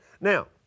Now